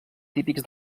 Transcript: típics